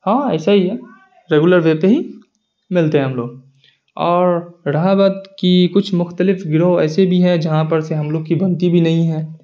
ہاں ایسا ہی ہے ریگولر وے پہ ہی ملتے ہیں ہم لوگ اور رہا بات کہ کچھ مختلف گروہ ایسے بھی ہیں جہاں پر سے ہم لوگ کی بنتی بھی نہیں ہیں